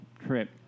trip